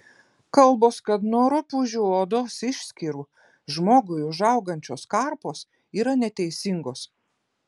kalbos kad nuo rupūžių odos išskyrų žmogui užaugančios karpos yra neteisingos